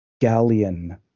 galleon